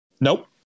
Nope